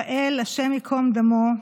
בראל, השם ייקום דמו,